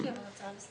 אבל יש לי הצעה לסדר.